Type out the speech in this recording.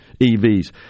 EVs